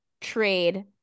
trade